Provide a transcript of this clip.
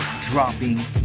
dropping